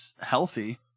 healthy